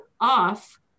off